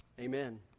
Amen